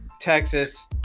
Texas